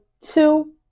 two